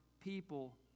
people